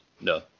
no